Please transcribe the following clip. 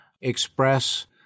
express